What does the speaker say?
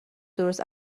درست